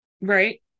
Right